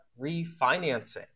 refinancing